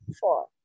four